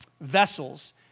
vessels